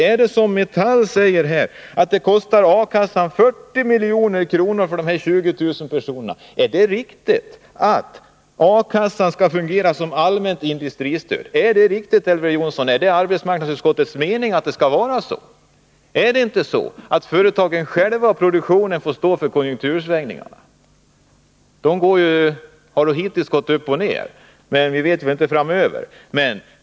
Är det, som Metall säger, så att de här 20 000 personerna kostar A-kassan 40 milj.kr.? Är det riktigt att A-kassan skall fungera som allmänt industristöd, är det, Elver Jonsson, arbetsmarknadsutskottets mening att det skall vara på det sättet? Skall inte företagen själva stå för följderna av konjunktursvängningarna? Konjunkturerna har ju hittills gått upp och ned, även om vi ju inte vet hur det blir i framtiden.